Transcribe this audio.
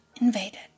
invaded